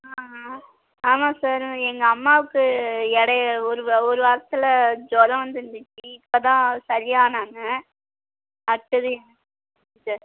ஆ ஆ ஆமாம் சார் எங்கள் அம்மாவுக்கு இடைல ஒரு ஒரு வாரத்தில் ஜூரம் வந்துடுந்துச்சி இப்போ தான் சரியானாங்க அடுத்தது எனக்கு வந்துடுச்சி சார்